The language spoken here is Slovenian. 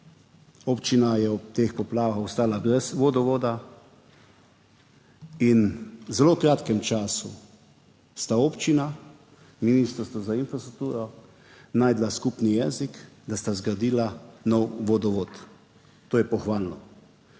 Občina je v teh poplavah ostala brez vodovoda in v zelo kratkem času sta občina, Ministrstvo za infrastrukturo našla skupni jezik, da sta zgradila nov vodovod. To je pohvalno.